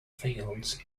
fields